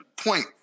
point